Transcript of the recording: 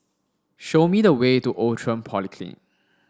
show me the way to Outram Polyclinic